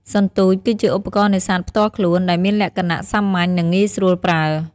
សន្ទូច គឺជាឧបករណ៍នេសាទផ្ទាល់ខ្លួន ដែលមានលក្ខណៈសាមញ្ញ និងងាយស្រួលប្រើ។